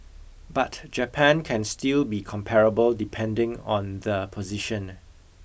but Japan can still be comparable depending on the position